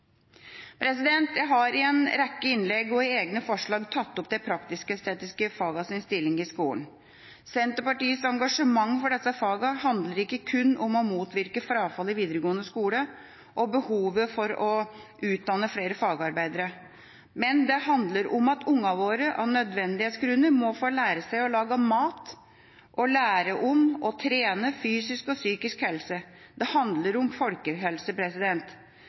Jeg har i en rekke innlegg og i egne forslag tatt opp de praktisk-estetiske fagenes stilling i skolen. Senterpartiets engasjement for disse fagene handler ikke kun om å motvirke frafall i videregående skole og behovet for å utdanne flere fagarbeidere, men det handler om at ungene våre av nødvendighetsgrunner må få lære seg å lage mat og å lære om å trene, og om fysisk og psykisk helse. Det handler om folkehelse.